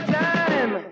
time